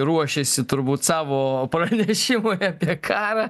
ruošėsi turbūt savo pranešimui apie karą